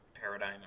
paradigm